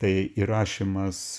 tai įrašymas